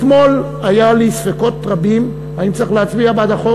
אתמול היו לי ספקות רבים האם צריך להצביע בעד החוק